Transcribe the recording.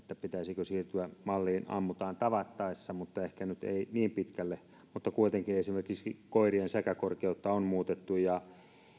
pitäisikö siirtyä malliin ammutaan tavattaessa ehkä nyt ei niin pitkälle mutta kuitenkin esimerkiksi koirien säkäkorkeutta on muutettu ja